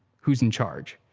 who's in charge?